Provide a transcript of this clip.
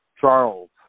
Charles